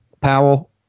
Powell